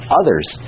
others